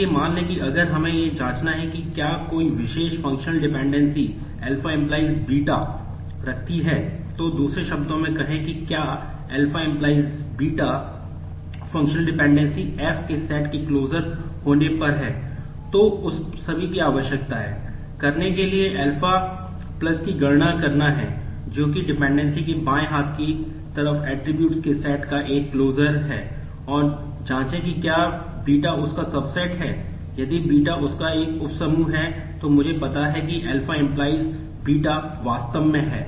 यदि β उस का एक उपसमूह है तो मुझे पता है कि α → β वास्तव में है